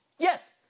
Yes